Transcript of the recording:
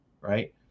right